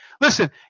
Listen